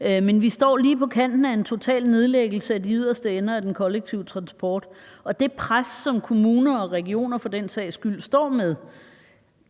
Men vi står lige på kanten af en total nedlæggelse af de yderste ender af den kollektive transport, og det pres, som kommuner og regioner for den sags skyld står med,